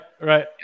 Right